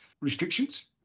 restrictions